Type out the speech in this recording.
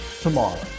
tomorrow